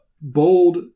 bold